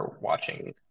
watching